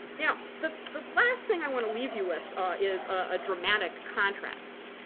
now the last thing i want to leave you with is a dramatic contrast.